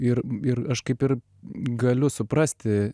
ir ir aš kaip ir galiu suprasti